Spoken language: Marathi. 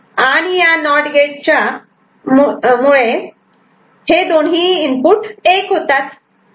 आणि या नॉट गेट च्या मुळे हे दोन्ही ही इनपुट 1 होतात